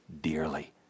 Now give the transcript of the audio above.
dearly